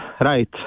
right